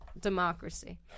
Democracy